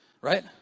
right